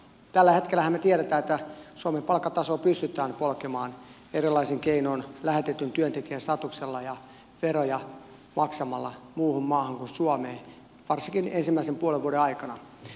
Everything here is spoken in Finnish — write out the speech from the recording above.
tällä hetkellähän me tiedämme että suomen palkkatasoa pystytään polkemaan erilaisin keinoin lähetetyn työntekijän statuksella ja maksamalla veroja muuhun maahan kuin suomeen varsinkin ensimmäisen puolen vuoden aikana